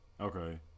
Okay